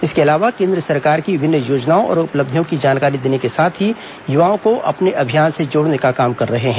इसके अलावा केन्द्र सरकार की विभिन्न योजनाओं और उपलब्धियों की जानकारी देने को साथ ही युवाओं को अपने अभियान से जोड़ने का काम कर रहे हैं